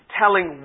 telling